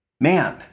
man